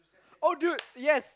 oh dude yes